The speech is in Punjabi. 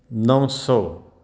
ਨੌ ਸੌ